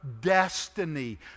destiny